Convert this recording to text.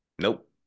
Nope